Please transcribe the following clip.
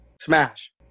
Smash